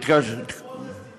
חבר הכנסת מוזס,